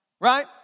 right